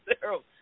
zero